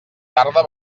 tarda